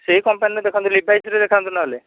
ସେ କମ୍ପାନୀର ଦେଖାନ୍ତୁ ଲିଭାଇସ୍ର ଦେଖାନ୍ତୁ ନହେଲେ